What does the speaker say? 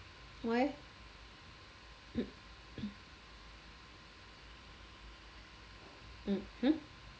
why mm hmm